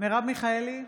מרב מיכאלי,